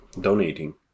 donating